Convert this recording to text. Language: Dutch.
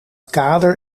kader